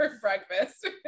breakfast